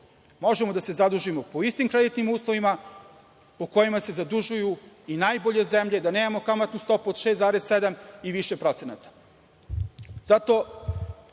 možemo da se zadužimo u istim kreditnim uslovima, po kojima se zadužuju i najbolje zemlje, da nemamo kamatnu stopu od 6,7 i više procenata. Zato